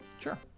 Sure